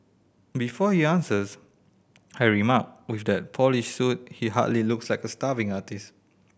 before he answers I remark with that polished suit he hardly looks like a starving artist